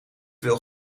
wil